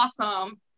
awesome